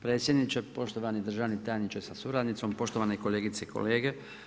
Predsjedniče, poštovani državni tajniče sa suradnicom, poštovane kolegice kolege.